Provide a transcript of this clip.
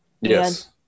Yes